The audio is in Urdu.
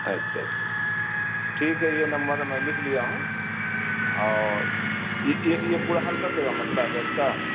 اچھا اچھا اچھا ٹھیک ہے یہ نمبر میں لکھ لیا ہوں اور یہ پورا حل کر دے گا مسئلہ گیس کا